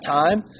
time